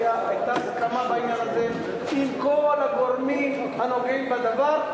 היתה הסכמה בעניין הזה עם כל הגורמים הנוגעים בדבר,